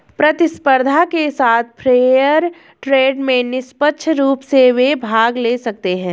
प्रतिस्पर्धा के साथ फेयर ट्रेड में निष्पक्ष रूप से वे भाग ले सकते हैं